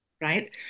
right